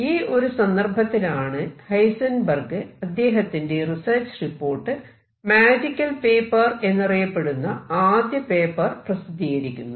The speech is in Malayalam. ഈ ഒരു സന്ദർഭത്തിലാണ് ഹൈസെൻബെർഗ് അദ്ദേഹത്തിന്റെ റിസർച്ച് റിപ്പോർട്ട് മാജിക്കൽ പേപ്പർ എന്നറിയപ്പെടുന്ന ആദ്യ പേപ്പർ പ്രസിദ്ധീകരിക്കുന്നത്